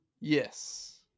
yes